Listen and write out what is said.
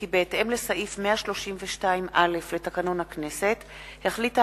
כי בהתאם לסעיף 132(א) לתקנון הכנסת החליטה